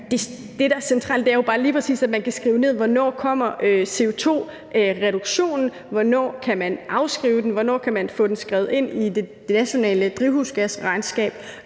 Det, der er centralt, er jo bare lige præcis, at man kan skrive ned, hvornår CO2-reduktionen kommer, hvornår man kan afskrive den, hvornår man kan få den skrevet ind i det nationale drivhusgasregnskab.